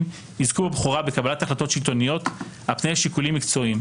יזכו בבכורה בקבלת החלטות שלטוניות על פני שיקולים מקצועיים,